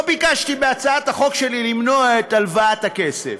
לא ביקשתי בהצעת החוק שלי למנוע את הלוואת הכסף.